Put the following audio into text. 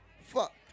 fuck